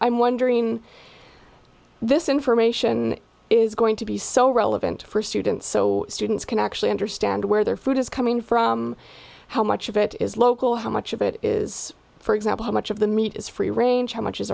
i'm wondering this information is going to be so relevant for students so students can actually understand where their food is coming from how much of it is local how much of it is for example how much of the meat is free range how much is